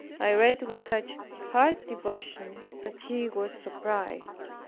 i read with such heartfelt devotion that he was surprised.